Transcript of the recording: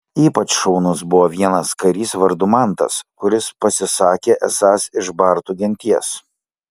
ypač šaunus buvo vienas karys vardu mantas kuris pasisakė esąs iš bartų genties